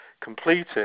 completed